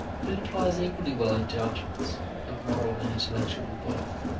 but it applies equally well in judgments of moral and intellectual worth.